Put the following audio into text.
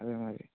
అదే మరి